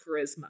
charisma